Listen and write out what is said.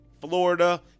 florida